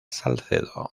salcedo